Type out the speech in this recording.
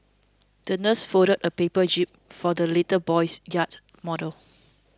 the nurse folded a paper jib for the little boy's yacht model